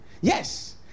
Yes